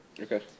Okay